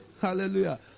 Hallelujah